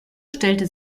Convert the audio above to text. stellte